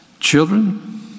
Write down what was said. Children